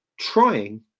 trying